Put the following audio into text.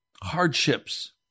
hardships